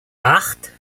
acht